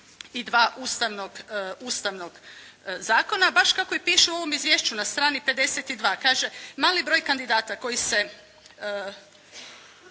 22. Ustavnog zakona. Baš kako i piše u ovom izvješću na strani 52. Kaže: «Mali broj kandidata koji se